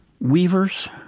Weavers